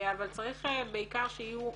אבל צריך בעיקר שיהיו אופציות.